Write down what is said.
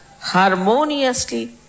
harmoniously